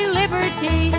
liberty